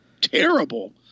terrible